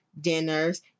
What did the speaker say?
dinners